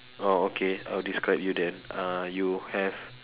oh okay I'll describe you then uh you have